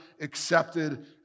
accepted